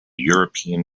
european